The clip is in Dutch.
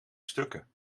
stukken